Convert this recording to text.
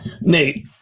Nate